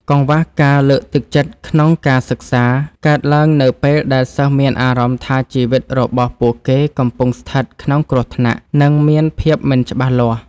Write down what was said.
កង្វះការលើកទឹកចិត្តក្នុងការសិក្សា កើតឡើងនៅពេលដែលសិស្សមានអារម្មណ៍ថាជីវិតរបស់ពួកគេកំពុងស្ថិតក្នុងគ្រោះថ្នាក់ និងមានភាពមិនច្បាស់លាស់។